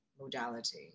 modality